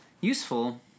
useful